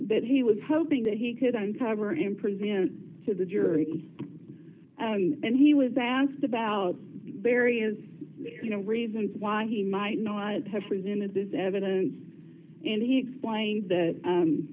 that he was hoping that he could on progress and present to the jury and he was asked about barry as you know reasons why he might not have presented this evidence and he explained that